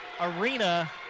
arena